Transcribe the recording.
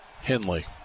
Henley